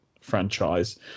franchise